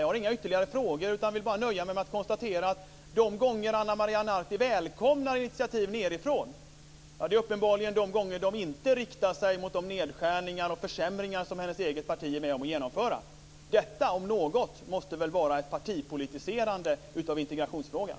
Jag har inte ytterligare frågor utan vill bara nöja mig med att konstatera, att de gånger Ana Maria Narti välkomnar initiativ nedifrån är uppenbarligen de gånger de inte riktar sig mot de nedskärningar och försämringar som hennes eget parti är med om att genomföra. Detta om något måste väl vara ett partipolitiserande av integrationsfrågan.